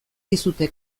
dizute